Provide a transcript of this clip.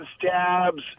tabs